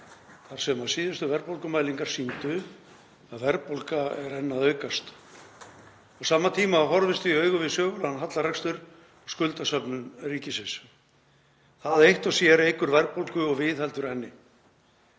þar sem síðustu verðbólgumælingar sýndu að verðbólga er enn að aukast. Á sama tíma horfumst við í augu við sögulegan hallarekstur og skuldasöfnun ríkisins. Það eitt og sér eykur verðbólgu og viðheldur henni.